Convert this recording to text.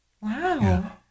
Wow